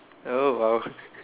oh !wow!